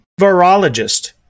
virologist